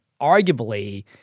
arguably